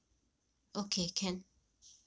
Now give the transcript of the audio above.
okay can